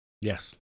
Yes